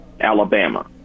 Alabama